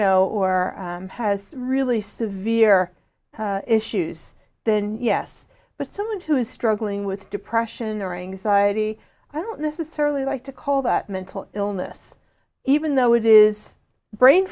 know or has really severe issues then yes but someone who is struggling with depression or anxiety i don't necessarily like to call that mental illness even though it is brain